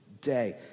day